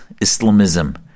Islamism